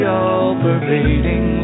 all-pervading